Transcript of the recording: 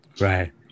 Right